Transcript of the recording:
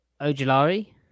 Ojolari